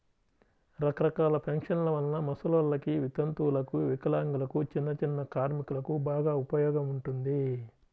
రకరకాల పెన్షన్ల వలన ముసలోల్లకి, వితంతువులకు, వికలాంగులకు, చిన్నచిన్న కార్మికులకు బాగా ఉపయోగం ఉంటుంది